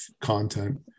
content